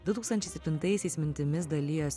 du tūkstančiai septintaisiais mintimis dalijosi